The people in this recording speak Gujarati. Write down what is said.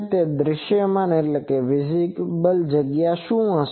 તેથી દૃશ્યમાન જગ્યા શું હશે